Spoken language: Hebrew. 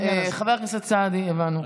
חבר הכנסת סעדי, הבנו.